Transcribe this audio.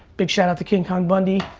big shout out to king kong bundy,